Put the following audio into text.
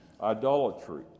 idolatry